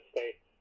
States